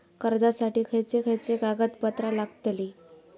कर्जासाठी खयचे खयचे कागदपत्रा लागतली?